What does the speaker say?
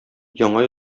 яңа